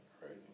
crazy